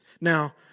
Now